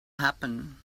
happen